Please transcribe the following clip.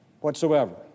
whatsoever